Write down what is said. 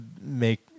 make